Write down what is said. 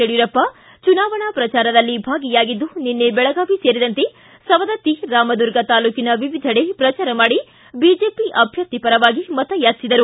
ಯಡಿಯೂರಪ್ಪ ಚುನಾವಣೆ ಪ್ರಚಾರದಲ್ಲಿ ಭಾಗಿಯಾಗಿದ್ದು ನಿನ್ನೆ ಬೆಳಗಾವಿ ಸೇರಿದಂತೆ ಸವದತ್ತಿ ರಾಮದುರ್ಗ ತಾಲೂಕಿನ ವಿವಿಧೆಡೆ ಪ್ರಚಾರ ಮಾಡಿ ಬಿಜೆಪಿ ಅಭ್ಯರ್ಥಿ ಪರವಾಗಿ ಮತಯಾಚಿಸಿದರು